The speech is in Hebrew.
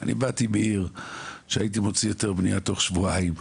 אני באתי מעיר שהייתי מוציא בה היתר בנייה תוך שבועיים,